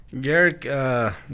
Garrick